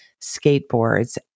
skateboards